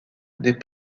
des